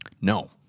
No